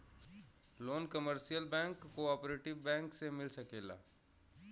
loan commercial bank cooperative bank से मिल सकेला